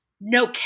no